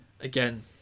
again